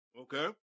okay